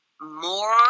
more